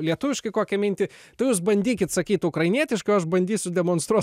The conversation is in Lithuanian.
lietuviškai kokią mintį tai jūs bandykit sakyt ukrainietiškai o aš bandysiu demonstruot